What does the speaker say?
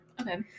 Okay